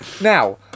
Now